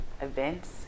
events